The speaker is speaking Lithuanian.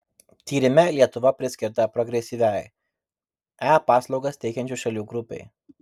tyrime lietuva priskirta progresyviai e paslaugas teikiančių šalių grupei